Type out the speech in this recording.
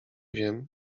wiem